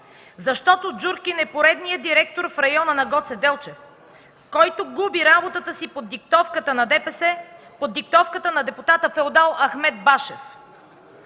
Защото Джуркин е поредният директор в района на Гоце Делчев, който губи работата си под диктовката на ДПС, под диктовката на депутата-феодал Ахмед Башев.